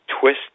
twist